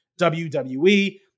WWE